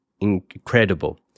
incredible